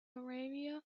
arabia